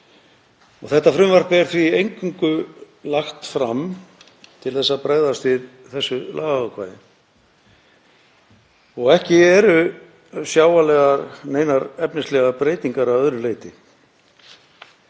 Þetta frumvarp er því eingöngu lagt fram til að bregðast við þessu lagaákvæði og ekki eru sjáanlegar neinar efnislegar breytingar að öðru leyti.